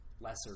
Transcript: lesser